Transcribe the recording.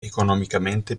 economicamente